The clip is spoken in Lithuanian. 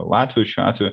latvių šiuo atveju